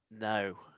No